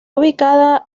ubicada